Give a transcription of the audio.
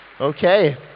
Okay